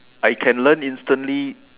I can learn instantly